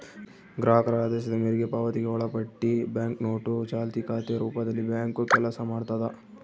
ಗ್ರಾಹಕರ ಆದೇಶದ ಮೇರೆಗೆ ಪಾವತಿಗೆ ಒಳಪಟ್ಟಿ ಬ್ಯಾಂಕ್ನೋಟು ಚಾಲ್ತಿ ಖಾತೆ ರೂಪದಲ್ಲಿಬ್ಯಾಂಕು ಕೆಲಸ ಮಾಡ್ತದ